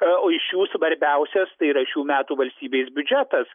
o iš jų svarbiausias tai yra šių metų valstybės biudžetas